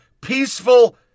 peaceful